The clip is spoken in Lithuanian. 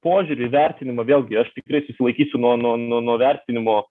požiūrį vertinimą vėlgi aš tikrai susilaikysiu nuo nuo nuo nuo vertinimo